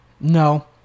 No